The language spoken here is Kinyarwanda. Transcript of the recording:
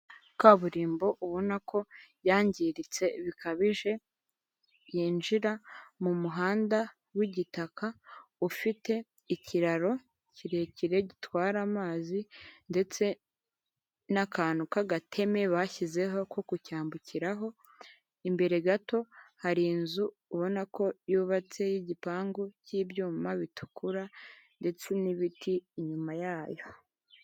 Kaburimbo ubona ko yangiritse bikabije yinjira mu muhanda w'igitaka ufite ikiraro kirekire gitwara amazi ndetse n'akantu k'agateme bashyizeho ko kucyambukiraho imbere gato hari inzu ubona ko yubatse igipangu cy'ibyuma bitukura ndetse n'ibiti inyuma yayo .